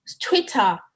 Twitter